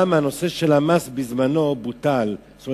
גם המס בוטל בשעתו,